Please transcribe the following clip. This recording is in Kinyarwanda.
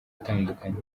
itandukanye